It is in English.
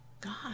God